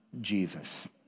Jesus